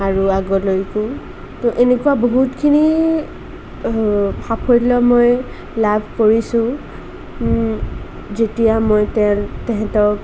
আৰু আগলৈকো এনেকুৱা বহুতখিনি সাফল্য মই লাভ কৰিছোঁ যেতিয়া মই তে তেহেঁতক